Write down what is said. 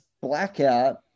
blackout